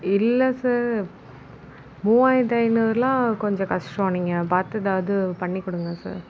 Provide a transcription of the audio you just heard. இல்லை சார் மூவாயிரத்து ஐநூர்லாம் கொஞ்சம் கஷ்டம் நீங்கள் பார்த்து எதாவது பண்ணி கொடுங்க சார்